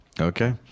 Okay